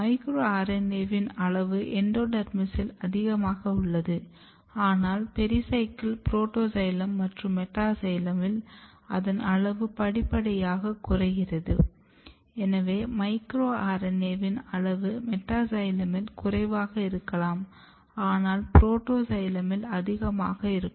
micro RNA வின் அளவு எண்டோடெர்மிஸில் அதிகமாக உள்ளது ஆனால் பெரிசைக்கிள் புரோட்டோசைலம் மற்றும் மெட்டாசைலமில் அதன் அளவு படி படியாக குறைகிறது எனேவ மைக்ரோ RNA வின் அளவு மெட்டாசைலமில் குறைவாக இருக்கலாம் ஆனால் புரோட்டோசைலமில் அதிகமாக இருக்கும்